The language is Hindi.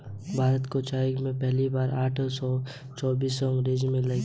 भारत में चाय पहली बार सन अठारह सौ चौतीस में अंग्रेज लेकर आए